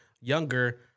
younger